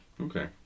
Okay